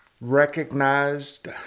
recognized